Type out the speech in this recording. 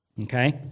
okay